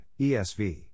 ESV